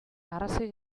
arrazoi